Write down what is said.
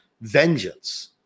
vengeance